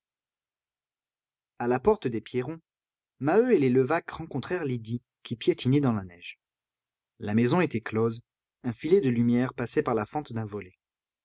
a la porte des pierron maheu et les levaque rencontrèrent lydie qui piétinait dans la neige la maison était close un filet de lumière passait par la fente d'un volet